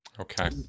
Okay